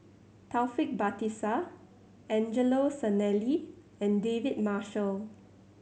Taufik Batisah Angelo Sanelli and David Marshall